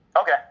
Okay